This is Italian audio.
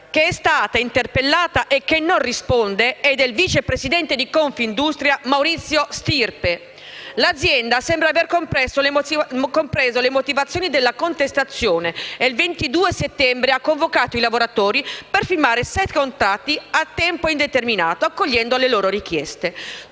Sole, che è stata interpellata e non risponde, è del vice presidente di Confindustria Maurizio Stirpe. L'azienda sembrava aver compreso le motivazioni della contestazione e il 22 settembre ha convocato i lavoratori per firmare sette contratti a tempo indeterminato, accogliendo le loro richieste.